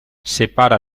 separa